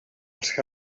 als